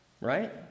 Right